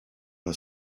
the